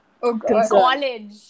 College